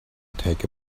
take